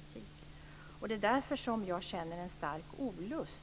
Det är i ljuset av detta som jag känner en stark olust